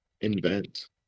invent